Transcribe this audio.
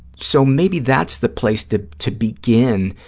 so, maybe that's the place to to begin